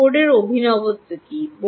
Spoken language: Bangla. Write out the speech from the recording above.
সেই বোর্ডের অভিনবত্ব কী